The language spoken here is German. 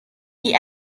die